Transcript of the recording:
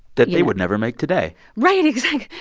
that they would never make today right. exactly.